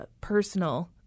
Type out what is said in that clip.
personal